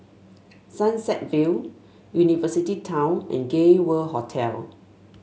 Sunset Vale University Town and Gay World Hotel